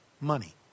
money